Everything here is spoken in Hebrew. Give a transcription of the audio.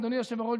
אדוני היושב-ראש,